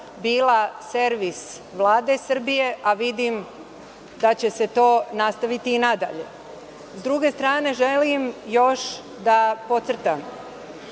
bila servis Vlade Srbije, a vidim da će se to nastaviti i nadalje.S druge strane želim, još da podcrtam,